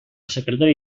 secretari